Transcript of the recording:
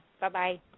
Bye-bye